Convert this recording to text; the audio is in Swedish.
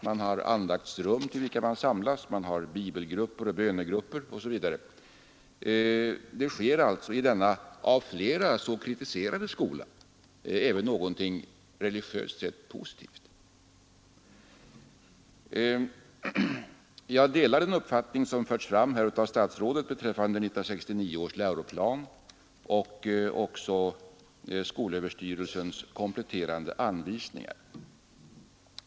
Man har andaktsrum till vilka man samlas, man har bibelgrupper och bönegrupper osv. Det sker alltså i denna av flera så kritiserade skola även någonting religöst sett positivt. Jag delar den uppfattning som förts fram här av statsrådet beträffande 1969 års läroplan och även skolöverstyrelsens kompletterande anvisningar.